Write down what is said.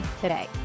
today